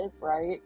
right